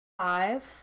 Five